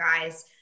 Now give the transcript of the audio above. guys